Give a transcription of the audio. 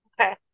Okay